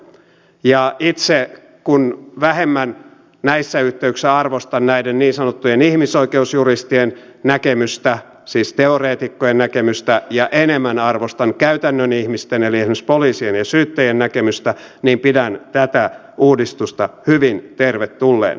ja itse kun vähemmän näissä yhteyksissä arvostan näiden niin sanottujen ihmisoikeusjuristien näkemystä siis teoreetikkojen näkemystä ja enemmän arvostan käytännön ihmisten eli esimerkiksi poliisien ja syyttäjien näkemystä niin pidän tätä uudistusta hyvin tervetulleena